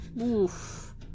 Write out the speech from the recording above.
Oof